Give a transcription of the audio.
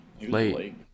Late